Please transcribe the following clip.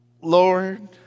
Lord